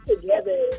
together